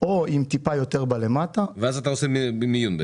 ואז אתה עושה מיון.